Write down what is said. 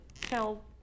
tell